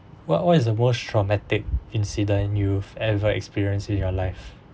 what what is the worst traumatic incident you've ever experienced in your life